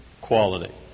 quality